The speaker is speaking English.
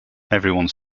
everyone